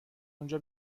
اونجا